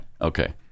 Okay